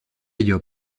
ello